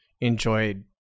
enjoyed